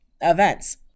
events